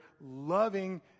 loving